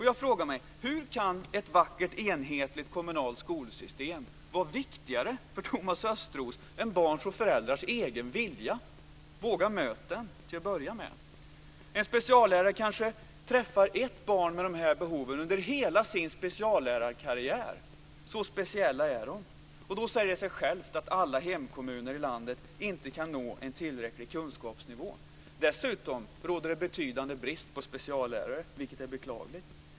Jag frågar mig: Hur kan ett vackert enhetligt kommunalt skolsystem vara viktigare för Thomas Östros än barns och föräldrars egen vilja? Våga möta den, till att börja med! En speciallärare kanske träffar ett barn med de här behoven under hela sin speciallärarkarriär. Så speciella är de. Då säger det sig självt att alla hemkommuner i landet inte kan nå en tillräcklig kunskapsnivå. Dessutom råder det betydande brist på speciallärare, vilket är beklagligt.